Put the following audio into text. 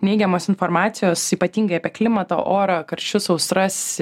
neigiamos informacijos ypatingai apie klimatą orą karščius sausras